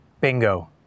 Bingo